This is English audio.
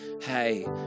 hey